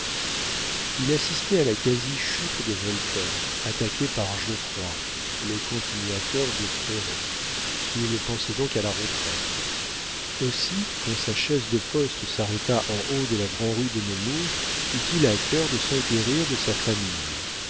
il assistait à la quasi chute de voltaire attaqué par geoffroy le continuateur de fréron il pensait donc à la retraite aussi quand sa chaise de poste s'arrêta en haut de la grand'rue de nemours eut-il à cœur de s'enquérir de sa famille